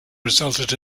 resulted